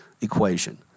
equation